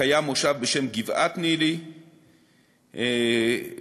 קיים מושב בשם גבעת-ניל"י וכו'.